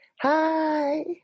Hi